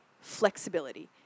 flexibility